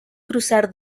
cruzar